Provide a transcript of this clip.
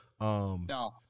No